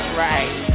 right